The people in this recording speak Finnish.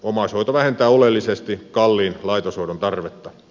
omaishoito vähentää oleellisesti kalliin laitoshoidon tarvetta